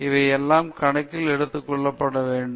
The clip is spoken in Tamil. எனவே இவை எல்லாம் கணக்கில் எடுத்துக் கொள்ளப்பட வேண்டும்